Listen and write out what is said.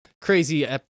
crazy